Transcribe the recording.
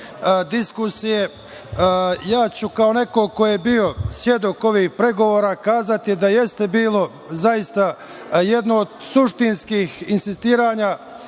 diskusije, ja ću kao neko ko je bio svedok ovih pregovora kazati da jeste bilo jedno od suštinskih insistiranja